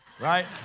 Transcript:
right